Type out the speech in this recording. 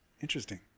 interesting